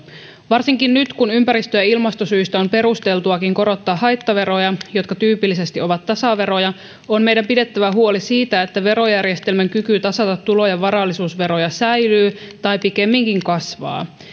varsinkin nyt kun ympäristö ja ilmastosyistä on perusteltuakin korottaa haittaveroja jotka tyypillisesti ovat tasaveroja on meidän pidettävä huoli siitä että verojärjestelmän kyky tasata tulo ja varallisuusveroja säilyy tai pikemminkin kasvaa